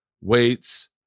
weights